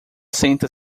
senta